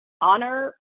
honor